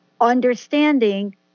understanding